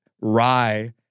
Rye